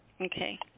Okay